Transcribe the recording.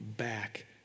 back